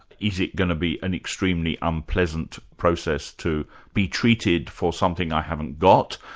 is it going to be an extremely unpleasant process to be treated for something i haven't got?